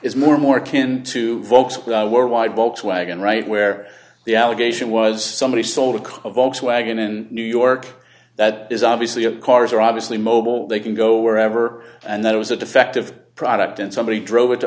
is more more akin to folks worldwide volkswagen right where the allegation was somebody sold a car volkswagen in new york that is obviously a cars are obviously mobile they can go wherever and that it was a defective product and somebody drove i